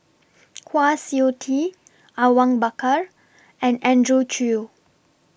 Kwa Siew Tee Awang Bakar and Andrew Chew